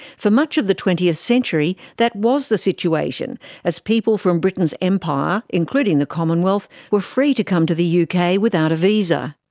for much of the twentieth century, that was the situation as people from britain's empire, including the commonwealth, were free to come to the yeah uk without a visa.